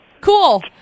Cool